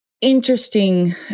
interesting